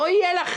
הוא יהיה.